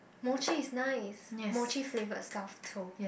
mochi is nice mochi flavoured stuff too